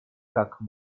как